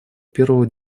первого